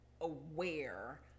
aware